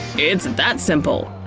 it's and that simple!